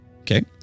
Okay